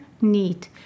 need